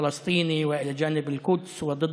הם תמיד היו לצידו של העם הפלסטיני ולצד